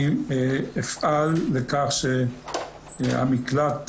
אני אפעל לכך שהמקלט,